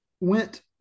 went